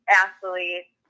athletes